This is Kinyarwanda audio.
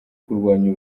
kurwanya